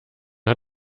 hat